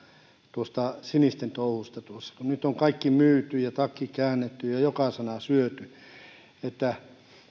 tuosta sinisten touhusta tuossa kun nyt on kaikki myyty ja takki käännetty ja joka sana syöty että